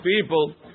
people